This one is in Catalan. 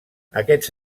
aquests